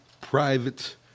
private